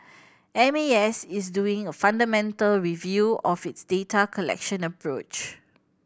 M A S is doing a fundamental review of its data collection approach